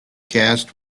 cast